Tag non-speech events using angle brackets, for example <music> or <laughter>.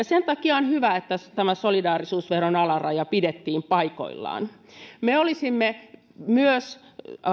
<unintelligible> sen takia on hyvä että tämä solidaarisuusveron alaraja pidettiin paikoillaan me olisimme myös